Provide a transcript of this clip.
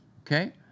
okay